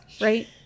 Right